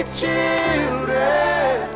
children